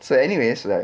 so anyways right